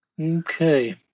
Okay